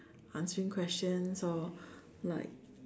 unseen questions or like